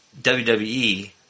WWE